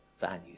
values